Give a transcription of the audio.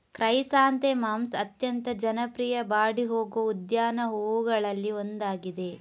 chrysanthemums ಅತ್ಯಂತ ಜನಪ್ರಿಯ ಬಾಡಿ ಹೋಗುವ ಉದ್ಯಾನ ಹೂವುಗಳಲ್ಲಿ ಒಂದಾಗಿದೆ